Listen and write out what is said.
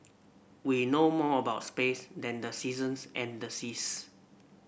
we know more about space than the seasons and the seas